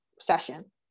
session